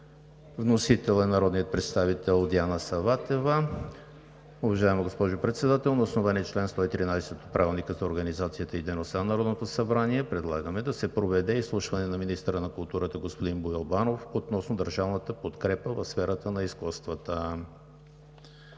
Вносител е народният представител Диана Саватева. „Уважаема госпожо Председател, на основание чл. 113 от Правилника за организацията и дейността на Народното събрание предлагаме да се проведе изслушване на министъра на културата господин Боил Банов относно държавната подкрепа в сферата на изкуствата.“